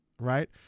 right